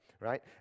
right